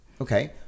Okay